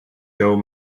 joe